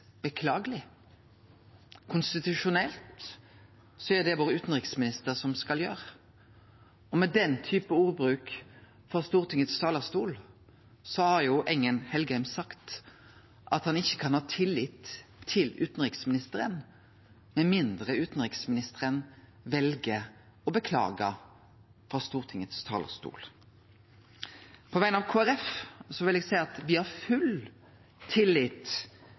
beklagelig». Konstitusjonelt er det vår utanriksminister som skal gjere det. Med den typen ordbruk frå Stortingets talarstol har Engen-Helgheim sagt at han ikkje kan ha tillit til utanriksministeren, med mindre utanriksministeren vel å beklage frå Stortingets talarstol. På vegner av Kristeleg Folkeparti vil eg seie at me har full tillit